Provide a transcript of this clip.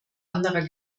anderer